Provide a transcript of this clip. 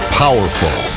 powerful